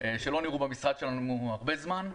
שלא נראו במשרד שלנו הרבה זמן.